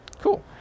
Cool